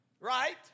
Right